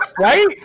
Right